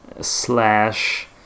slash